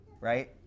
Right